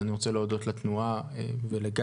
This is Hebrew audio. אני רוצה להודות לתנועה ולגדי.